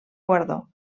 guardó